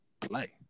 play